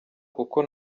kuko